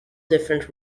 different